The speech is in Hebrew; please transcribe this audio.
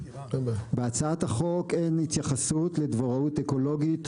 בהצעת החוק אין התייחסות לדבוראות אקולוגית,